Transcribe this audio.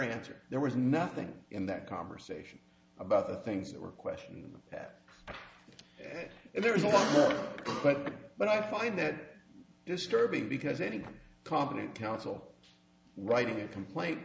answer there was nothing in that conversation about the things that were question that there was a quote but i find that disturbing because any competent counsel writing a complaint